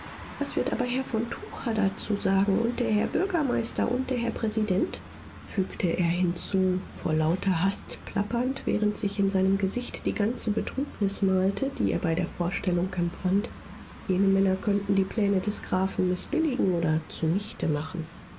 was wird aber herr von tucher dazu sagen und der herr bürgermeister und der herr präsident fügte er hinzu vor lauter hast plappernd während sich in seinem gesicht die ganze betrübnis malte die er bei der vorstellung empfand jene männer könnten die pläne des grafen mißbilligen oder zunichte machen